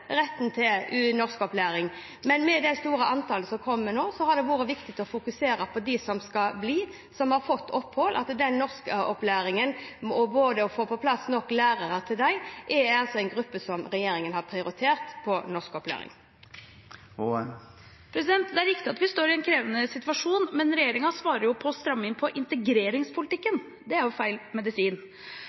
skal bli, og som har fått opphold. Det også å få på plass nok lærere til den gruppen er altså noe regjeringen har prioritert når det gjelder norskopplæring. Det er riktig at vi har en krevende situasjon, men regjeringen svarer jo med å stramme inn på integreringspolitikken. Det er feil medisin.